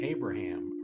Abraham